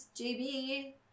JB